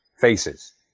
faces